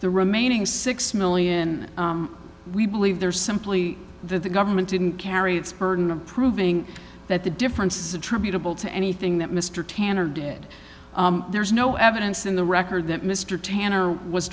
the remaining six million we believe there is simply that the government didn't carry its burden of proving that the difference is attributable to anything that mr tanner did there's no evidence in the record that mr tanner was